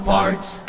Parts